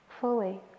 fully